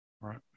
Right